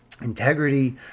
integrity